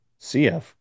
CF